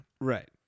Right